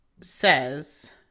says